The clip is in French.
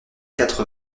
quatre